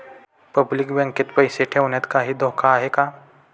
Public बँकेत पैसे ठेवण्यात काही धोका आहे का?